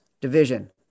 division